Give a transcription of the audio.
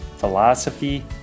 philosophy